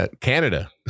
Canada